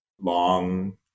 long